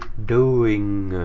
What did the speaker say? doing?